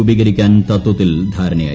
രൂപീകരിക്കാൻ തത്വത്തിൽ ധാരണയായി